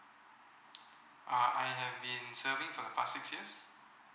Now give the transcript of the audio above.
uh I have been serving for the past six years